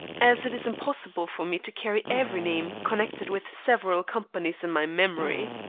as it is impossible for me to carry every name connected with several companies in my memory.